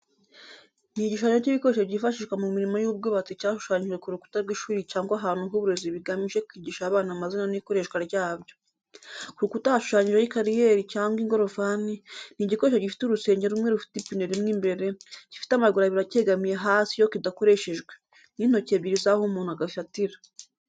Ni igishushanyo cy’ibikoresho byifashishwa mu mirimo y’ubwubatsi cyashushanyijwe ku rukuta rw’ishuri cyangwa ahantu h’uburezi bigamije kwigisha abana amazina n’ikoreshwa ryabyo. Ku rukuta hashushanyijeho ikariyeri cyangwa ingorofani, ni igikoresho gifite urusenge rumwe rufite ipine rimwe imbere, gifite amaguru abiri acyegamiye hasi iyo kidakoreshejwe, n’intoki ebyiri z’aho umuntu agifatira.